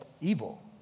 evil